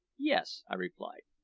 yes, i replied.